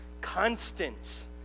constants